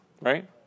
right